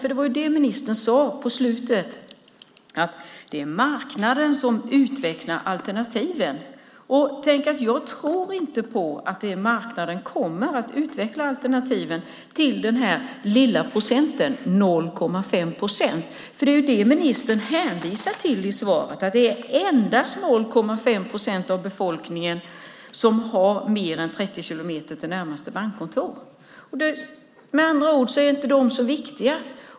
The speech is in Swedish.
Ministern sade nämligen i slutet av sitt förra inlägg att det är marknaden som utvecklar alternativen. Tänk att jag inte tror att marknaden kommer att utveckla alternativen för det lilla antalet, de 0,5 procenten! Det är vad ministern hänvisar till i sitt svar, att endast 0,5 procent av befolkningen har mer än 30 kilometer till närmaste bankkontor. Med andra ord är de inte så viktiga.